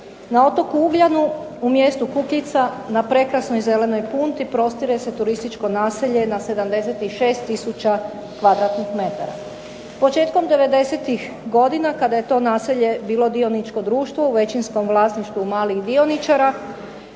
Na otoku Ugljanu, u mjestu Kukljica na prekrasnoj Zelenoj punti prostire se turističko naselje na 76 tisuća kvadratnih metara. Početkom 90-tih godina kada je to naselje bilo dioničko društvo, u većinskom vlasništvu malih dioničara,